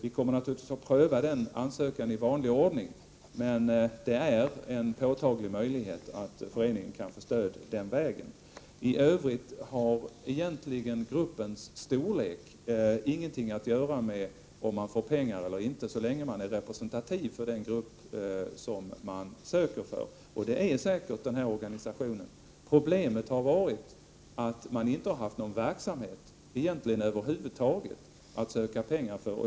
Vi kommer naturligtvis att i vanlig ordning pröva den, men jag vill ändå säga att det finns en påtaglig möjlighet för föreningen att få stöd den vägen. 117 IT övrigt har gruppens storlek egentligen ingenting att göra med om man får pengar eller inte, så länge man är representativ för den grupp som man söker för. Det är säkert den här organisationen. Problemet har varit att man egentligen inte har haft någon verksamhet över huvud taget att söka pengar för.